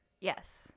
yes